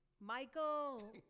Michael